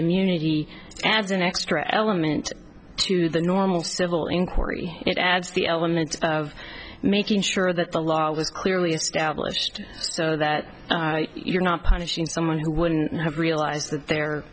immunity adds an extra element to the normal civil inquiry it adds the element of making sure that the law was clearly established so that you're not punishing someone who wouldn't have realized that their